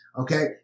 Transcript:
okay